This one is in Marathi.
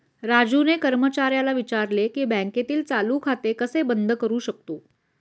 राजूने कर्मचाऱ्याला विचारले की बँकेतील चालू खाते कसे बंद करू शकतो?